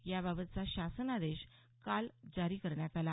याबाबतचा शासन आदेश काल जारी करण्यात आला